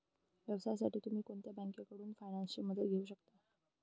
व्यवसायासाठी तुम्ही कोणत्याही बँकेकडून फायनान्सची मदत घेऊ शकता